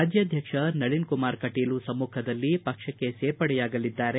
ರಾಜ್ಯಾಧಕ್ಷ ನಳನ್ಕುಮಾರ್ ಕಟೀಲ್ ಸಮ್ಮುಖದಲ್ಲಿ ಪಕ್ಷಕ್ಕೆ ಸೇರ್ಪಡೆಯಾಗಲಿದ್ದಾರೆ